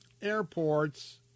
airports